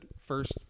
first –